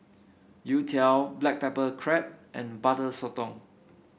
youtiao Black Pepper Crab and Butter Sotong